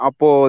Apo